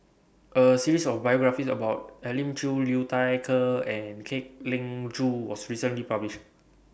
A series of biographies about Elim Chew Liu Thai Ker and Kwek Leng Joo was recently published